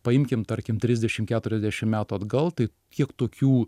paimkim tarkim trisdešim keturiasdešim metų atgal tai kiek tokių